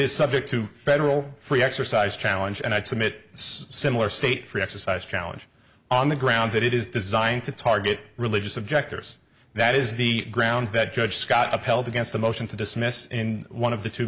is subject to federal free exercise challenge and i submit it's similar state free exercise challenge on the grounds that it is designed to target religious objectors that is the grounds that judge scott upheld against a motion to dismiss and one of the two